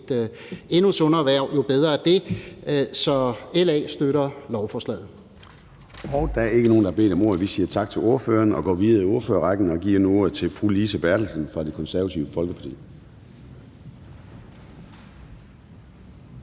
endnu sundere hverv, jo bedre er det, så LA støtter lovforslaget.